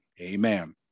amen